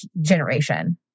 generation